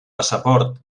passaport